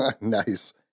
Nice